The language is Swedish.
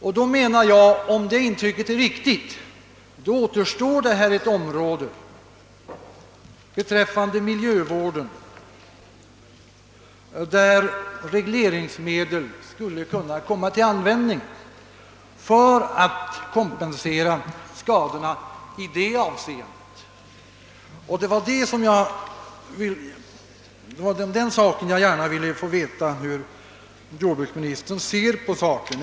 Om detta intryck är riktigt, återstår här ett område — miljövården — där regleringsmedel skulle kunna komma till användning för att kompensera skadorna. Det var i det avseendet jag gärna ville få veta hur jordbruksministern ser på saken.